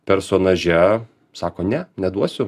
personaže sako ne neduosiu